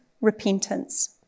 repentance